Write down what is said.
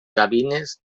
gavines